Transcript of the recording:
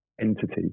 entity